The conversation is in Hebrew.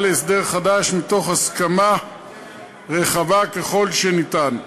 להסדר חדש מתוך הסכמה רחבה ככל שניתן.